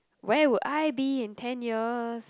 where would I be in ten years